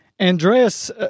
Andreas